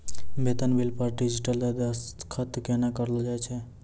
बेतन बिल पर डिजिटल दसखत केना करलो जाय छै?